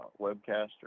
webcaster